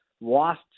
lost